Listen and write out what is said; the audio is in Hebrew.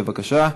בבקשה.